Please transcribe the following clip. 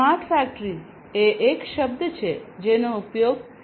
smart factory એ એક શબ્દ છે જેનો ઉપયોગ ઇન્ડસ્ટ્રી 4